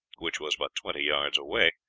which was but twenty yards away,